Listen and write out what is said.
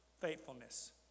faithfulness